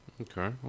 Okay